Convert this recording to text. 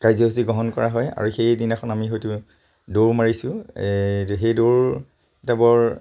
কাৰ্যসূচী গ্ৰহণ কৰা হয় আৰু সেইদিনাখন আমি হয়তো দৌৰ মাৰিছোঁ সেই দৌৰ এটা বৰ